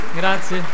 grazie